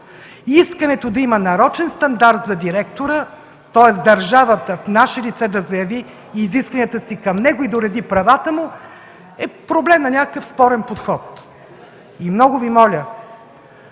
искането да има нарочен стандарт за директора, тоест държавата в наше лице да заяви изискванията си към него и да уреди правата му, е проблем на някакъв спорен подход. Много Ви моля,